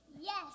Yes